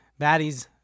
Baddies